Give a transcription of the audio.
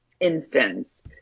instance